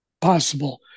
possible